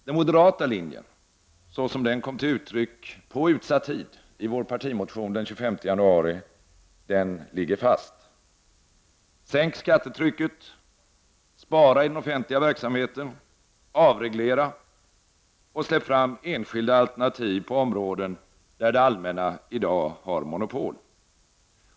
Den moderata linjen, så som den kom till uttryck på utsatt tid i vår partimotion den 25 januari, ligger fast. Sänk skattetrycket, spara i den offentliga verksamheten, avreglera och släpp fram enskilda alternativ på områden där det allmänna i dag har monopol.